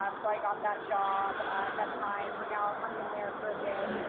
um so i got that job at that time, hung out, hung in there for a bit.